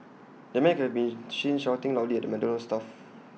the man could be seen shouting loudly at the McDonald's staff